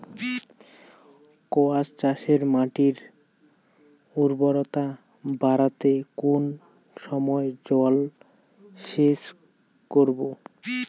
কোয়াস চাষে মাটির উর্বরতা বাড়াতে কোন সময় জল স্প্রে করব?